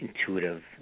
intuitive